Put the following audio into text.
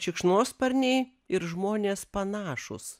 šikšnosparniai ir žmonės panašūs